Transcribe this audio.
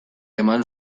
eman